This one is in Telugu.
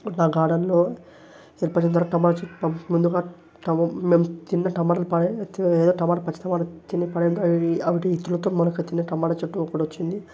నా గార్డెన్లో ఎపుడైన దొరక్క ముందుగా టమో మేం తిన్న టొమాటోలు పాడేయి ఎదో టోమాటోలు పచ్చి టొమాటోలు తిని పారేసి అవి అవిటి విత్తులతో మనకు తిన్న టొమాటో చెట్టు ఒకటి వచ్చింది